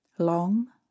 Long